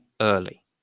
early